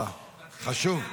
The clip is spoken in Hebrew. אה, חשוב.